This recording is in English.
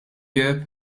year